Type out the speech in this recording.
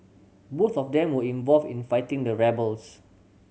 both of them were involved in fighting the rebels